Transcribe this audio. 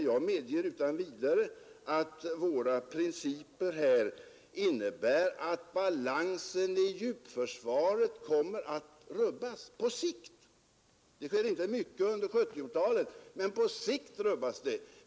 Jag medger utan vidare att våra principer innebär att balansen i djupförsvaret på sikt kommer att rubbas. Det sker inte mycket under 1970-talet, men på sikt rubbas den som sagt.